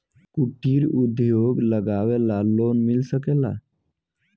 कुटिर उद्योग लगवेला लोन मिल सकेला?